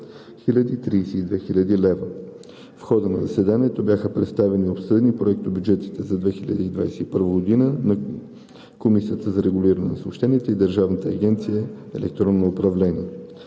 032 хил. лв. В хода на заседанието бяха представени и обсъдени проектобюджетите за 2021 г. на Комисията за регулиране на съобщенията и Държавна агенция „Електронно управление“.